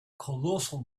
colossal